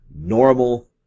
normal